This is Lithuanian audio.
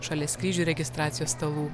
šalia skrydžių registracijos stalų